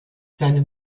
seine